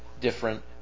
different